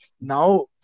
now